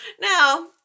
Now